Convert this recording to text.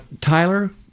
tyler